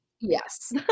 Yes